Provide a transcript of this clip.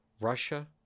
russia